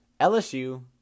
LSU